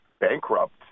bankrupt